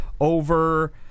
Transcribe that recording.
over